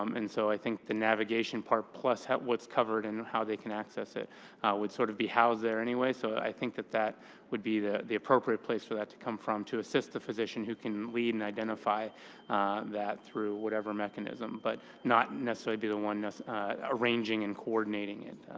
um and so i think the navigation part plus what's covered and how they can access it would sort of be housed there anyway. so i think that that would be the the appropriate place for that to come from to assist the physician, who can lead and identify that through whatever mechanism, but not necessarily be the one arranging and coordinating it,